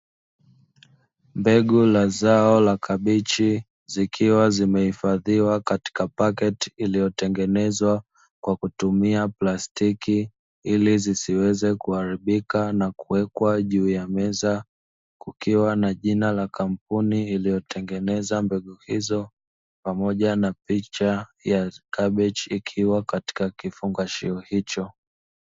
Mbegu za zao la kabichi zikiwa zimehifadhiwa katika pakiti, kilichotengenezwa kwa kutumia plastiki ili zisiweze kuharibuka na kuwekwa juu ya meza, kukiwa na jina la kampuni iliyotengeneza mbegu hizo pamoja na picha ya kabichi ikiwa katika kifungashio hicho.